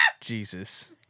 Jesus